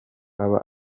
aba